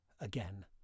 again